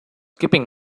keeping